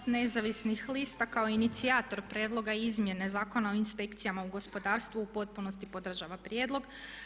MOST nezavisnih lista kao inicijator prijedloga izmjene Zakona o inspekcijama u gospodarstvu u potpunosti podržava prijedlog.